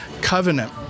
covenant